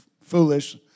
foolish